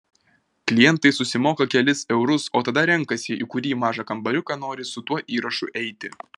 klientai susimoka kelis eurus o tada renkasi į kurį mažą kambariuką nori su tuo įrašu eiti